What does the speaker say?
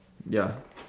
ya